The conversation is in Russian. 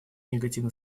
негативно